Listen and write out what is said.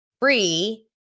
free